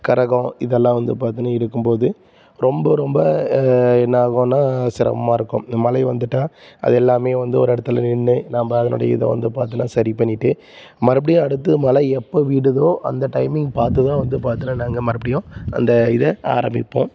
கரகம் இதெல்லாம் வந்து பார்த்திங்கனா இருக்கும் போது ரொம்ப ரொம்ப என்னாகுன்னால் சிரமமா இருக்கும் இந்த மழை வந்துட்டால் அது எல்லாமே வந்து ஒரு இடத்துல நின்று நம்ப அதனுடைய இதை வந்து பார்த்தோன்னா சரி பண்ணிவிட்டு மறுபடியும் அடுத்து மழை எப்போ விடுதோ அந்த டைமிங் பார்த்து தான் வந்து பார்த்திங்கன்னா நாங்கள் மறுபடியும் அந்த இதை ஆரம்பிப்போம்